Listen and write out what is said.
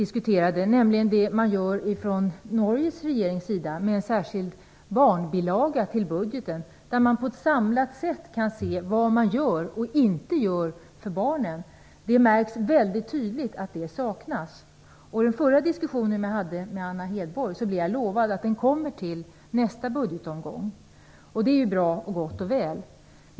Det gällde det som den norska regeringen gör - en särskild barnbilaga till budgeten, där man på ett samlat sätt kan se vad som görs och inte görs för barnen. Det märks väldigt tydligt att detta saknas. I min förra diskussion med Anna Hedborg blev jag lovad att det här kommer till nästa budgetomgång. Det är gott och väl.